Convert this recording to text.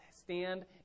stand